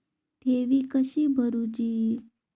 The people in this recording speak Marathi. ठेवी कशी भरूची?